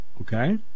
Okay